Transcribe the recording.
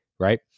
Right